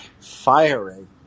firing